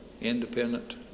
independent